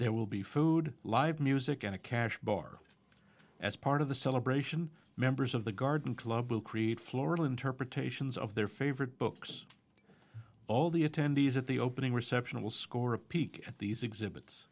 there will be food live music and a cash bar as part of the celebration members of the garden club will create floral interpretations of their favorite books all the attendees at the opening reception will score a peek at these exhibits